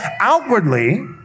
outwardly